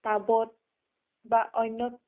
টাবত বা অন্যত